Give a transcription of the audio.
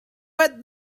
with